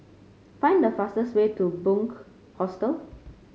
find the fastest way to Bunc Hostel